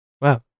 Wow